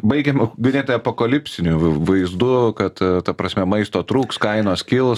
baigėm ganėtinai apokalipsiniu vaizdu kad ta prasme maisto trūks kainos kils